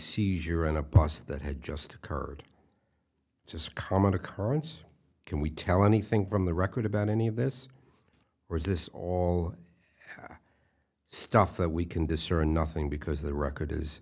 seizure on a bus that had just occurred just common occurrence can we tell anything from the record about any of this or is this all stuff that we can discern nothing because the record is